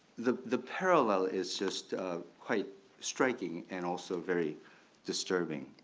the the parallel is just quite striking and also very disturbing.